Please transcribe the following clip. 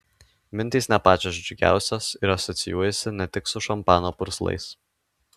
mintys ne pačios džiugiausios ir asocijuojasi ne tik su šampano purslais